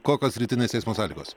kokios rytinės eismo sąlygos